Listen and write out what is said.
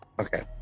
Okay